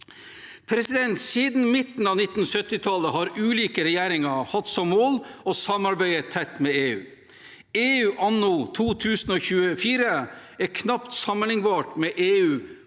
seg. Siden midten av 1970-tallet har ulike regjeringer hatt som mål å samarbeide tett med EU. EU anno 2024 er knapt sammenlignbart med EU på 1970-tallet,